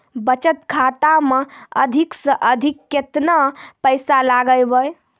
बचत खाता मे अधिक से अधिक केतना पैसा लगाय ब?